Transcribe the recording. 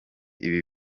ibi